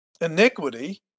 iniquity